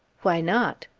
why not?